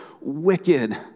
wicked